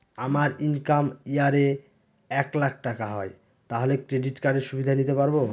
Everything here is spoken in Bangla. আমার ইনকাম ইয়ার এ এক লাক টাকা হয় তাহলে ক্রেডিট কার্ড এর সুবিধা নিতে পারবো?